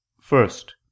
first